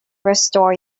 restore